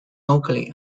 locally